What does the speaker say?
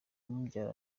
umubyara